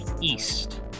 east